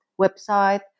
website